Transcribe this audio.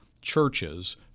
churches